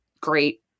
great